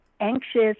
anxious